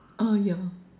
ah yeah